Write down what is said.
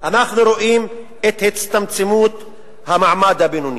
את הצטמצמות המעמד הבינוני.